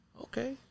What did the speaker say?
okay